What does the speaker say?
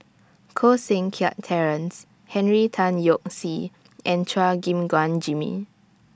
Koh Seng Kiat Terence Henry Tan Yoke See and Chua Gim Guan Jimmy